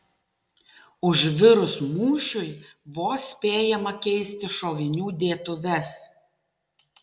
užvirus mūšiui vos spėjama keisti šovinių dėtuves